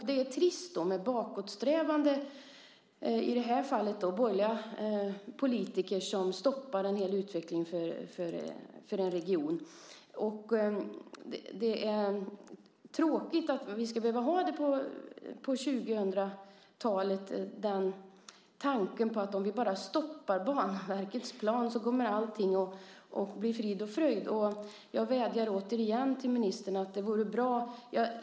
Det är trist med bakåtsträvande, i det här fallet borgerliga politiker, som stoppar utvecklingen för en hel region. Det är tråkigt att vi på 2000-talet ska behöva ha tanken att om vi bara stoppar Banverkets plan kommer allting att bli frid och fröjd. Jag vädjar återigen till ministern.